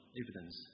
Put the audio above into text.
evidence